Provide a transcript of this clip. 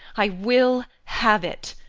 i will have it!